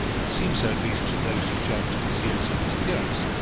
it seemed so at least to those who judged of his years from his appearance.